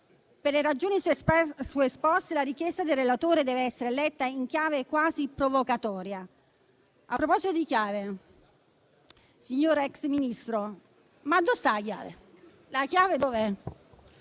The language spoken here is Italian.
Per le ragioni esposte, la richiesta del relatore dev'essere letta in chiave quasi provocatoria. A proposito di chiave, signor ex Ministro, *ma addo' sta a' chiave*? La chiave dov'è?